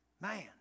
Man